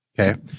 Okay